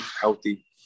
healthy